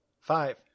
five